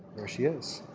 here she is.